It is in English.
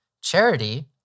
Charity